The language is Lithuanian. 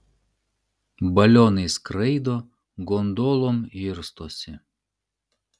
balionais skraido gondolom irstosi